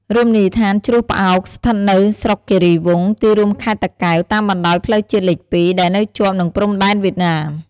រមណីយដ្ឋានជ្រោះផ្អោក ស្ថិតនៅស្រុកគិរីវង្ស ទីរួមខេត្តតាកែវ តាមបណ្តោយផ្លូវជាតិលេខ២ ដែលនៅជាប់នឹងព្រំដែនវៀតណាម។